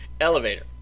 elevator